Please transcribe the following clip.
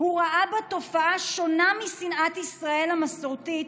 הוא ראה בה תופעה שונה משנאת ישראל המסורתית,